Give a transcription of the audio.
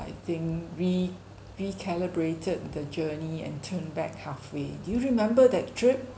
I think we recalibrated the journey and turn back halfway do you remember that trip